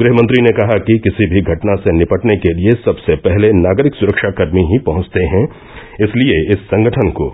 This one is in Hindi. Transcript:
गृहमंत्री ने कहा कि किसी भी घटना से निपटने के लिए सबसे पहले नागरिक सुरक्षाकर्मी ही पहुंचते हैं इसलिए इस संगठन को